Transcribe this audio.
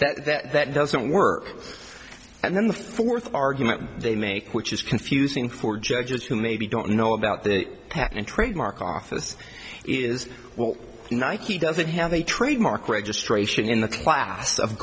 that that that doesn't work and then the fourth argument they make which is confusing for judges who maybe don't know about the past and trademark office is well nike doesn't have a trademark registration in the class of